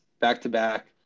back-to-back